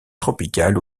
tropicales